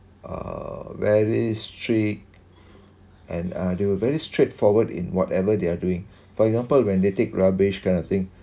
uh very strict and are they were very straightforward in whatever they are doing for example when they take rubbish kind of thing